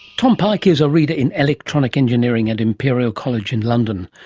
tom pike is a reader in electronic engineering at imperial college in london,